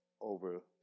over